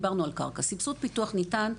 סבסוד פיתוח ניתן,